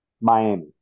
Miami